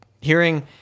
hearing